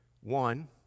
one